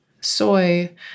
soy